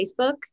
Facebook